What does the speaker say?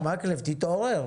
נמנעים, אין אושר.